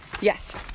Yes